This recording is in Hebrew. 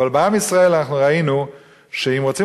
אבל בעם ישראל אנחנו ראינו שאם רוצים